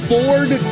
Ford